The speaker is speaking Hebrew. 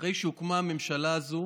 אחרי שהוקמה הממשלה הזו